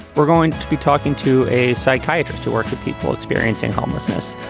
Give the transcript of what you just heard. we're going to be talking to a psychiatrist who works with people experiencing homelessness.